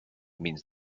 means